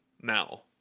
now